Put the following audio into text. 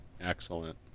Excellent